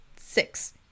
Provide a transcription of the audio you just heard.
six